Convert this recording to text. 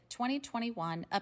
2021